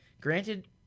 Granted